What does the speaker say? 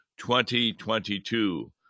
2022